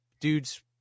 dude's